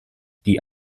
die